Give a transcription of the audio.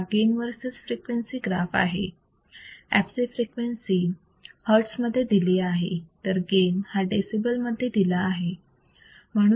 हा gain versus frequency graph आहे fc frequency hertz मध्ये दिली आहे तर गेन हा डेसिबल मध्ये दिला आहे